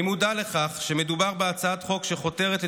אני מודע לכך שמדובר בהצעת חוק שחותרת,